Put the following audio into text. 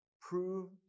Prove